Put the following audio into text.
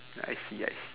I see I see